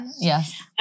Yes